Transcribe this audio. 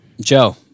Joe